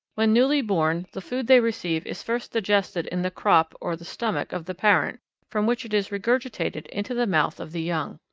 when newly born the food they receive is first digested in the crop or the stomach of the parent from which it is regurgitated into the mouth of the young.